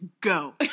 Go